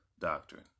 doctrine